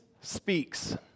speaks